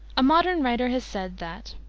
a modern writer has said that,